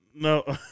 No